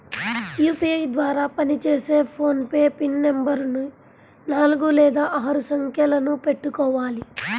UPI ద్వారా పనిచేసే PhonePe PIN నెంబరుని నాలుగు లేదా ఆరు సంఖ్యలను పెట్టుకోవాలి